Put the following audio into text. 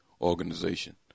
organization